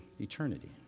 eternity